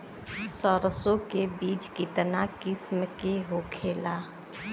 सरसो के बिज कितना किस्म के होखे ला?